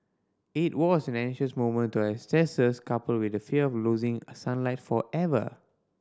it was an anxious moment to our ancestors coupled with the fear of losing sunlight forever